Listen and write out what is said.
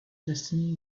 destiny